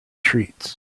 treats